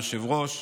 יושב-ראש,